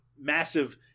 massive